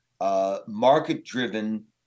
market-driven